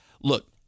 look